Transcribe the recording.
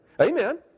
Amen